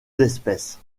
espèces